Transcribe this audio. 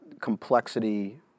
complexity